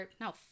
No